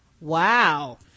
Wow